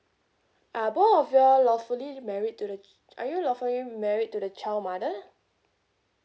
are both of you lawfully married to the are you lawfully married to the child mother